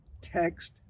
text